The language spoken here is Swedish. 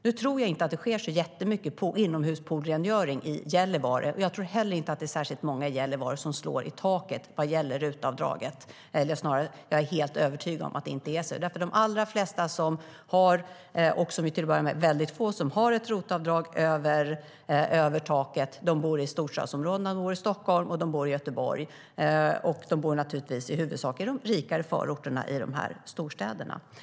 Nu tror jag inte att det sker så mycket inomhuspoolsrengöring i Gällivare, och jag tror heller inte att det är särskilt många i Gällivare som slår i taket vad gäller RUT-avdraget, eller snarare: Jag är helt övertygad om att det inte är så, därför att de allra flesta, som till att börja med är väldigt få, som har ett RUT-avdrag över taket bor i storstadsområdena. De bor i Stockholm och de bor i Göteborg, och de bor naturligtvis i huvudsak i de rikare förorterna i dessa storstäder.